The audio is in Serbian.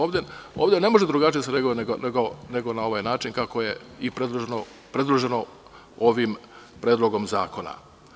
Ovde ne može drugačije da se reaguje, nego na ovaj način kako je predloženo ovim Predlogom zakona.